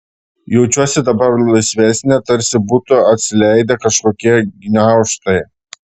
jaučiuosi dabar laisvesnė tarsi būtų atsileidę kažkokie gniaužtai